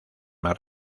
más